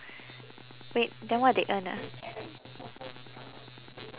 wait then what they earn ah